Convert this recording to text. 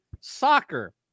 soccer